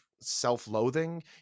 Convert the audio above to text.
self-loathing